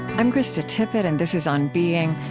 i'm krista tippett, and this is on being.